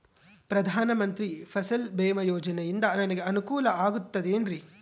ಪ್ರಧಾನ ಮಂತ್ರಿ ಫಸಲ್ ಭೇಮಾ ಯೋಜನೆಯಿಂದ ನನಗೆ ಅನುಕೂಲ ಆಗುತ್ತದೆ ಎನ್ರಿ?